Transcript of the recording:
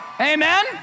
Amen